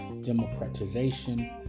democratization